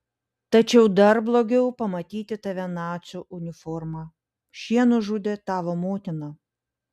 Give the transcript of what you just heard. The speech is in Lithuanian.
tačiau dar blogiau pamatyti tave nacių uniforma šie nužudė tavo motiną